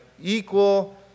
equal